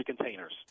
containers